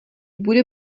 bude